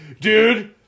Dude